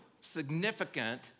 significant